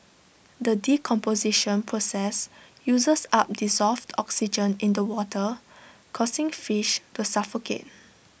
the decomposition process uses up dissolved oxygen in the water causing fish to suffocate